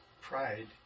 pride